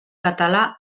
català